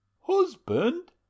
Husband